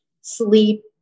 Sleep